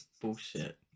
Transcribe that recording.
Bullshit